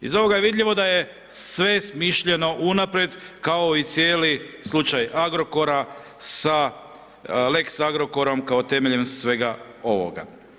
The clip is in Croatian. Iz ovoga je vidljivo da je sve smišljeno unaprijed kao i cijeli slučaj Agrokora sa lex Agrokorom kao i temeljem svega ovoga.